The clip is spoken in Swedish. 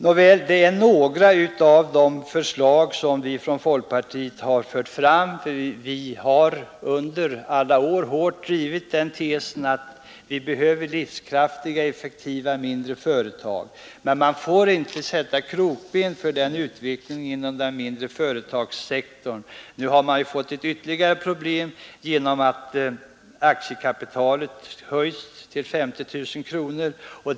Detta är några av de förslag som vi från folkpartiet fört fram. Vi har under alla år hårt drivit tesen att det behövs livskraftiga och effektiva mindre företag. Man får inte sätta krokben för utvecklingen inom den mindre företagssektorn. Dessa företag har nu fått ytterligare ett problem på grund av att aktiekapitalet höjts till 50 000 kronor.